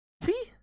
See